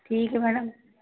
ठीक है मैडम